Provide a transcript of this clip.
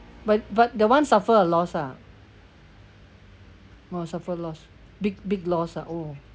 but but the one suffer a loss ah more suffer a loss big big loss ah !woo!